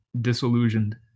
disillusioned